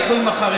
הלכו עם החרדים.